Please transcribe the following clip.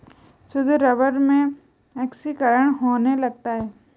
शुद्ध रबर में ऑक्सीकरण होने लगता है